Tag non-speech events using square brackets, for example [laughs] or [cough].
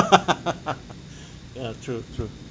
[laughs] ya true true